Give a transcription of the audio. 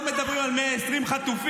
לא מדברים על 120 חטופים,